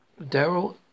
Daryl